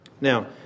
Now